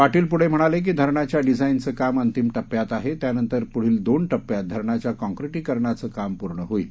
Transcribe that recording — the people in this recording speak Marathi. पाटील पुढे म्हणाले की धरणाच्या डिझाईनचे काम अंतिम टप्प्यात आहे त्यानंतर पुढील दोन टप्प्यात धरणाच्या कॉक्रीटीकरणाचं काम पूर्ण होईल